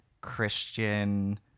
Christian